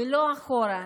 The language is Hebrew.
ולא אחורה,